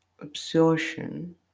absorption